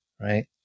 right